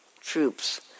troops